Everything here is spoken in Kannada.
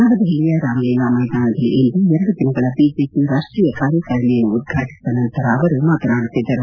ನವದೆಹಲಿಯ ರಾಮ್ ಲೀಲಾ ಮೈದಾನದಲ್ಲಿ ಇಂದು ಎರಡು ದಿನಗಳ ಬಿಜೆಪಿ ರಾಷ್ಷೀಯ ಕಾರ್ಯಕಾರಿಣಿಯನ್ನು ಉದ್ಘಾಟಿಸಿದ ನಂತರ ಅವರು ಮಾತನಾಡುತ್ತಿದ್ದರು